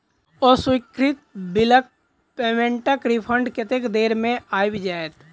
अस्वीकृत बिलक पेमेन्टक रिफन्ड कतेक देर मे आबि जाइत?